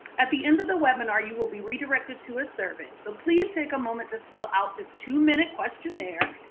at the end of the webinar, you will be redirected to a survey, so please take ah moment to fill out the two minute questionnaire,